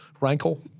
rankle